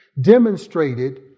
demonstrated